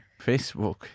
Facebook